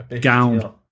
gown